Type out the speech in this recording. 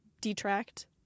detract